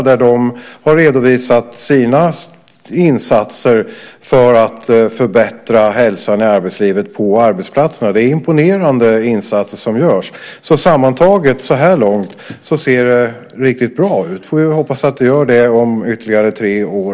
De redovisade sina insatser för att förbättra hälsan i arbetslivet på arbetsplatserna. Det är imponerande insatser som görs. Sammantaget ser det riktigt bra ut så här långt. Vi får hoppas att det gör det också om ytterligare tre år.